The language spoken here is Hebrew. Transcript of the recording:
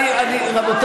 רגע, סבלנות.